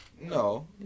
No